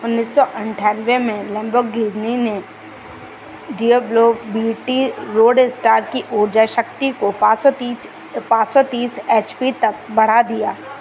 उन्नीस सौ अट्ठानवे में लेम्बोर्गिनी ने डियाब्लो वी टी रोडस्टार की ऊर्जा शक्ति को पाँच सौ तीच पाँच सौ तीस एच पी तक बढ़ा दिया